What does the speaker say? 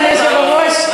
אדוני היושב-ראש,